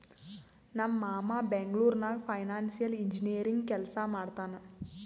ನಮ್ ಮಾಮಾ ಬೆಂಗ್ಳೂರ್ ನಾಗ್ ಫೈನಾನ್ಸಿಯಲ್ ಇಂಜಿನಿಯರಿಂಗ್ ಕೆಲ್ಸಾ ಮಾಡ್ತಾನ್